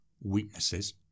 weaknesses